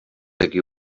ací